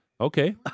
Okay